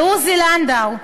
ועוזי לנדאו: